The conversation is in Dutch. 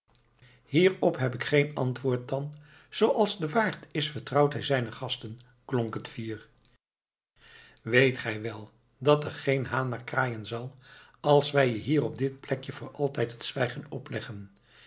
hierop heb ik geen antwoord dan zooals de waard is vertrouwt hij zijne gasten klonk het fier weet gij wel dat er geen haan naar kraaien zal als wij je hier op dit plekje voor altijd het zwijgen opleggen